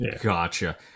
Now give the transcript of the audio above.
Gotcha